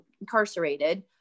incarcerated